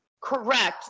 Correct